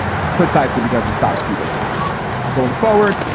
precisely because it stops people's lives going forward,